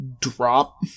drop